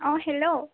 অ hello